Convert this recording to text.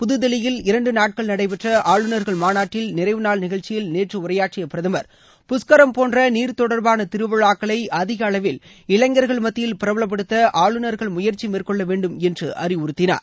புதுதில்லியில் இரண்டு நாட்கள் நடைபெற்ற ஆளுநர்கள் மாநாட்டில் நிறைவுநாள் நிகழ்ச்சியில் நேற்று உரையாற்றிய பிரதமர் புஷ்கரம் போன்ற நீர் தொடர்பான திருவிழாக்களை அதிக அளவில் இளைஞர்கள் மத்தியில் பிரபலப்படுத்த ஆளுநர்கள் முயற்சி மேற்கொள்ள வேண்டும் என்று அறிவுறுத்தினார்